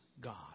God